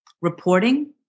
reporting